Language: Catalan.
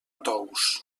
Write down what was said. tous